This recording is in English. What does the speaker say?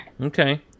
Okay